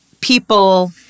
people